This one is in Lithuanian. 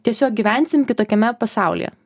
tiesiog gyvensim kitokiame pasaulyje